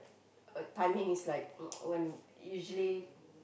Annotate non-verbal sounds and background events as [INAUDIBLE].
uh timing is like uh [NOISE] when usually